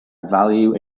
value